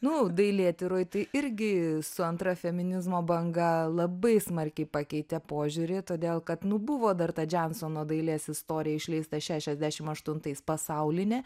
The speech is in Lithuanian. nu dailėtyroj tai irgi su antra feminizmo banga labai smarkiai pakeitė požiūrį todėl kad nu buvo dar ta džansono dailės istorija išleista šešiasdešim aštuntais pasaulinė